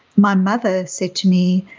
my mother said to me,